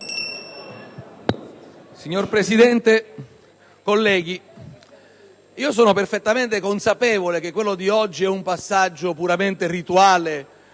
Signor Presidente, colleghi, sono perfettamente consapevole che quello di oggi è un passaggio puramente rituale,